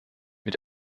mit